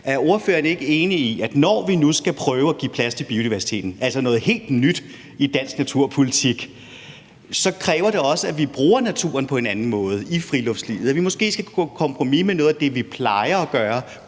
Er ordføreren ikke enig i, at når vi nu skal prøve at give plads til biodiversiteten – noget helt nyt i dansk naturpolitik – så kræver det også, at vi bruger naturen på en anden måde i friluftslivet, og at vi måske skal gå på kompromis med noget af det, vi plejer til at gøre,